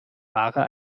ware